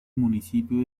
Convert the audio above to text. municipio